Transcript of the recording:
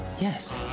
Yes